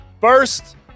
first